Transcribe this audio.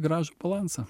gražų balansą